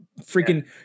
freaking